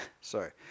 sorry